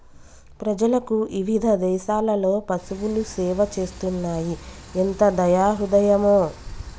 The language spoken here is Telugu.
ప్రజలకు ఇవిధ దేసాలలో పసువులు సేవ చేస్తున్నాయి ఎంత దయా హృదయమో